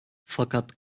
fakat